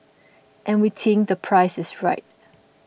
and we think the price is right